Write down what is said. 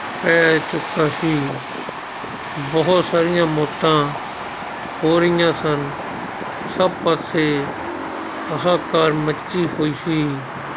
ਪੈ ਚੁੱਕਾ ਸੀ ਬਹੁਤ ਸਾਰੀਆਂ ਮੌਤਾਂ ਹੋ ਰਹੀਆਂ ਸਨ ਸਭ ਪਾਸੇ ਹਾਹਾਕਾਰ ਮੱਚੀ ਹੋਈ ਸੀ